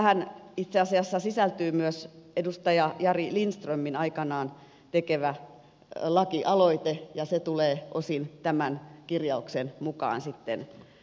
tähän itse asiassa sisältyy myös edustaja jari lindströmin aikanaan tekemä lakialoite ja se tulee osin tämän kirjauksen mukaan sitten täytettyä